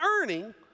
earning